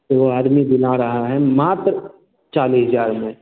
वह आदमी दिला रहा है मात्र चालीस हज़ार में